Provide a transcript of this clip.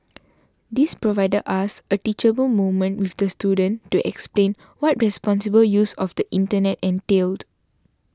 this provided us a teachable moment with the student to explain what responsible use of the Internet entailed